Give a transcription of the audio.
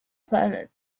planet